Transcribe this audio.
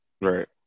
Right